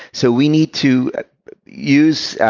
so we need to use